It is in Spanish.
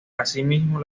asimismo